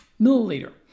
milliliter